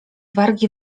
wargi